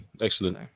excellent